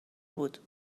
بود